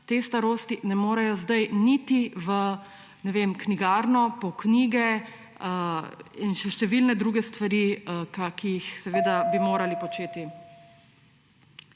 te starosti ne morejo zdaj niti v knjigarno po knjige in še številnih drugih stvari, ki bi jih seveda morali početi.